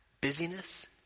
busyness